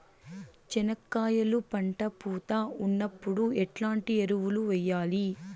చెనక్కాయలు పంట పూత ఉన్నప్పుడు ఎట్లాంటి ఎరువులు వేయలి?